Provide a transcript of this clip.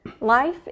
Life